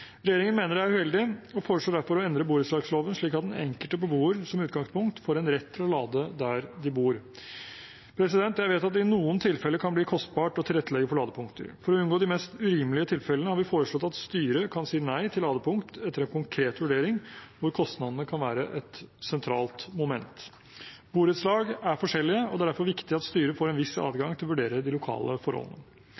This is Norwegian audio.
Regjeringen mener dette er uheldig, og foreslår derfor å endre borettslagsloven slik at den enkelte beboer som utgangspunkt får en rett til å lade der de bor. Jeg vet at det i noen tilfeller kan bli kostbart å tilrettelegge for ladepunkt. For å unngå de mest urimelige tilfellene har vi foreslått at styret kan si nei til ladepunkt etter en konkret vurdering, hvor kostnadene kan være et sentralt moment. Borettslag er forskjellige, og det er derfor viktig at styret får en viss